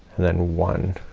and then one,